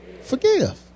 Forgive